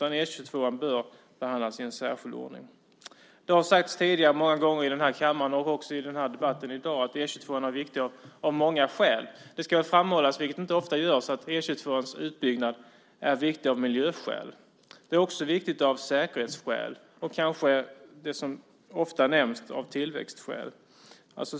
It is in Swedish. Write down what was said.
E 22 bör behandlas i särskild ordning. Det har sagts tidigare många gånger i den här kammaren och också i debatten i dag att E 22 är viktig av många skäl. Det ska framhållas, vilket inte ofta görs, att E 22:ans utbyggnad är viktig av miljöskäl. Den är också viktig av säkerhetsskäl och kanske, det som ofta nämns, av tillväxtskäl.